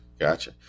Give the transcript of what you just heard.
gotcha